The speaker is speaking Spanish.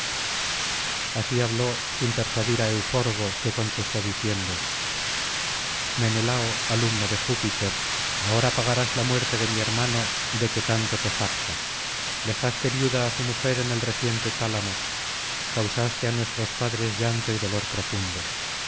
así habló sin persuadir á euforbo que contestó diciendo menelao alumno de júpiter ahora pagarás la muerte de mi hermano de que tanto te jactas dejaste viuda á su mujer en el reciente tálamo causaste á nuestros padres llanto y dolor profundo